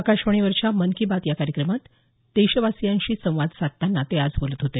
आकाशवाणीवरच्या मन की बात या कार्यक्रमात देशवासयियांशी संवाद साधताना ते आज बोलत होते